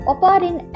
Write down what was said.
Oparin